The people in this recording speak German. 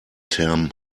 term